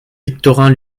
victorin